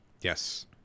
Yes